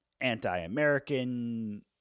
anti-american